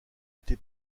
été